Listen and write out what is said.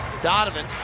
Donovan